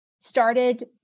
started